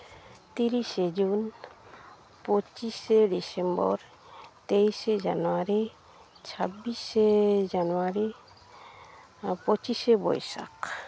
ᱛᱤᱨᱤᱥᱮ ᱡᱩᱱ ᱯᱚᱸᱪᱤᱥᱮ ᱰᱤᱥᱮᱢᱵᱚᱨ ᱛᱮᱭᱤᱥᱮ ᱡᱟᱱᱩᱣᱟᱨᱤ ᱪᱷᱟᱵᱵᱤᱥᱮ ᱡᱟᱱᱩᱣᱟᱨᱤ ᱯᱚᱸᱪᱤᱥᱮ ᱵᱳᱭᱥᱟᱠᱷ